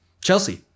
Chelsea